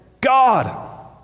God